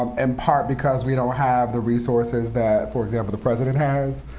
um in part, because we don't have the resources that, for example, the president has.